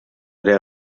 der